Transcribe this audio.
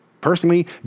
Personally